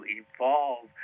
evolve